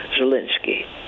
Zelensky